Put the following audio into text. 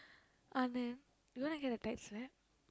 Anand you want to get a tight slap